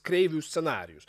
kreivių scenarijus